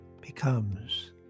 becomes